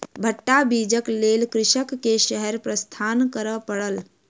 भट्टा बीजक लेल कृषक के शहर प्रस्थान करअ पड़ल